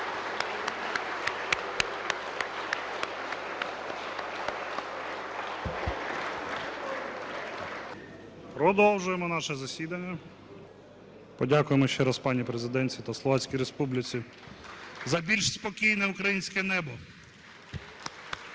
Продовжуємо наше засідання. Подякуємо ще раз пані Президентці та Словацькій Республіці за більш спокійне українське небо.